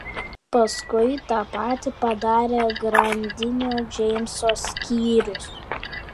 paskui tą patį padarė grandinio džeimso skyrius